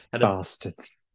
Bastards